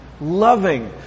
loving